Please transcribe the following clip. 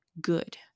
good